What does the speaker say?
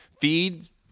Feeds